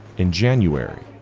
in january,